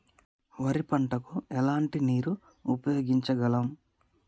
వరి పంట కు ఎలాంటి నీరు ఉపయోగించగలం?